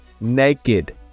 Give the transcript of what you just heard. Naked